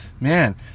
man